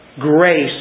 grace